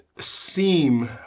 Seem